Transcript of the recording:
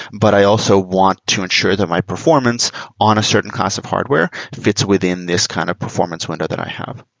but i also want to ensure that my performance on a certain class of hardware fits within this kind of performance window that i have.